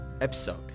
episode